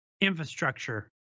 infrastructure